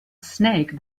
snake